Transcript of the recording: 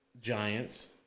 Giants